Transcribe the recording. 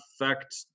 affect